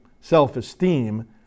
self-esteem